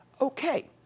Okay